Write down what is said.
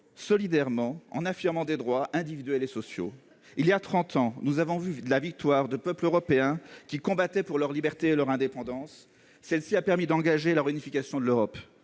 solidairement, en affirmant des droits individuels et sociaux. Voilà trente ans, nous avons vu la victoire de peuples européens combattant pour leur liberté et leur indépendance. Cette victoire a permis la réunification de l'Europe.